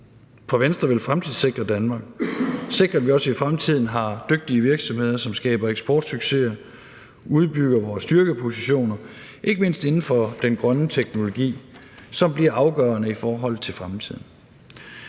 For Venstre vil fremtidssikre Danmark, sikre, at vi også i fremtiden har dygtige virksomheder, som skaber eksportsucceser og udbygger vores styrkepositioner, ikke mindst inden for den grønne teknologi, som bliver afgørende i forhold til fremtiden.